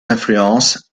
influences